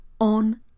on